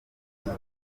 asa